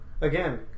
again